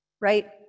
right